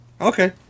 Okay